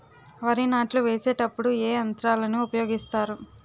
వరి నాట్లు వేసేటప్పుడు ఏ యంత్రాలను ఉపయోగిస్తారు?